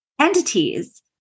entities